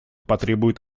потребует